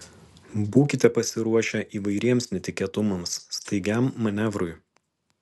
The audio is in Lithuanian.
būkite pasiruošę įvairiems netikėtumams staigiam manevrui